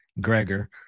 gregor